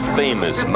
famous